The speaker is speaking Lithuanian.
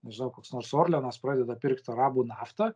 nežinau koks nors orleanas pradeda pirkt arabų naftą